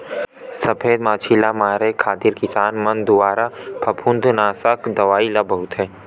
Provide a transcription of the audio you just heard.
सफेद मांछी ल मारे खातिर किसान मन दुवारा फफूंदनासक दवई ल बउरथे